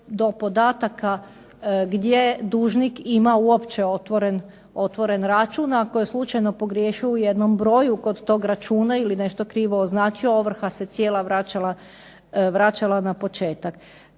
do podataka gdje dužnik ima uopće otvoren račun. Ako je slučajno pogriješio u jednom broju kod tog računa ili nešto krivo označio ovrha se cijela vraćala na početak.